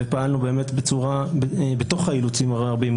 ופעלנו באמת בתוך האילוצים הרבים,